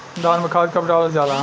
धान में खाद कब डालल जाला?